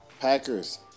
Packers